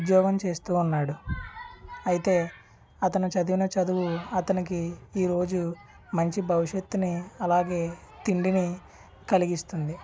ఉద్యోగం చేస్తూ ఉన్నాడు అయితే అతను చదివిన చదువు అతనికి ఈరోజు మంచి భవిష్యత్తుని అలాగే తిండిని కలిగిస్తుంది